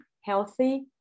healthy